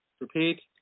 Repeat